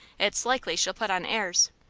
it's likely she'll put on airs.